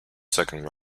second